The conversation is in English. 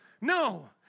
No